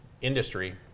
industry